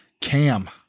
Cam